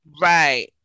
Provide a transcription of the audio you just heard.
Right